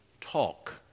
talk